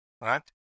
Right